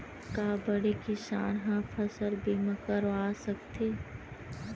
का बड़े किसान ह फसल बीमा करवा सकथे?